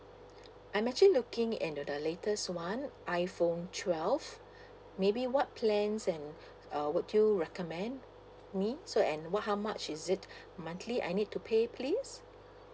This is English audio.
I'm actually looking eh no the latest [one] iphone twelve maybe what plans and uh would you recommend me so and what how much is it monthly I need to pay please